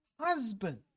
Husband